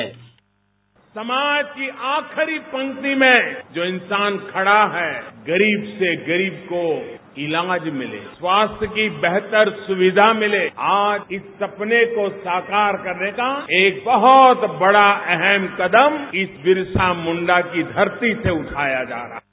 bite समाज के आखिरी पंक्ति में जो इंसान खडा है गरीब से गरीब को इलाज मिलेस्वास्थ्य की बेहतर सुविधा मिले आज इस सपने को साकार करने का एक बहुत बडा अहम कदम इस बिरसा मुंडा की धरती से उठाया जा रहा है